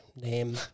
name